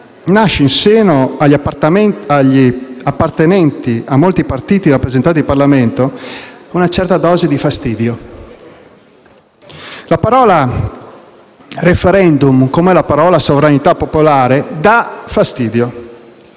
nasce, in seno agli appartenenti a molti partiti rappresentati in Parlamento, una certa dose di fastidio. La parola «*referendum*» così come «sovranità popolare» danno fastidio.